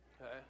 Okay